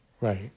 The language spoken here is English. Right